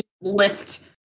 Lift